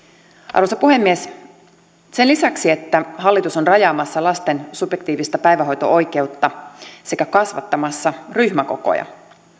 arvoisa puhemies sen lisäksi että hallitus on rajaamassa lasten subjektiivista päivähoito oikeutta sekä kasvattamassa ryhmäkokoja